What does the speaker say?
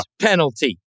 penalty